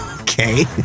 okay